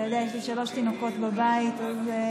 אתה יודע, יש לי שלושה תינוקות בבית, ואלה